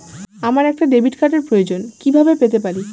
আমার একটা ডেবিট কার্ডের প্রয়োজন কিভাবে পেতে পারি?